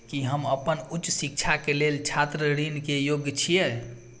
की हम अपन उच्च शिक्षा के लेल छात्र ऋण के योग्य छियै?